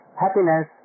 happiness